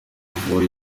kuvura